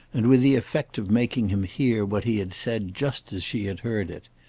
and with the effect of making him hear what he had said just as she had heard it.